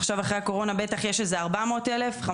עכשיו אחרי הקורונה בטח יש איזה 400 אלף?